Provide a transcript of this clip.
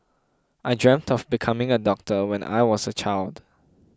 I dreamt of becoming a doctor when I was a child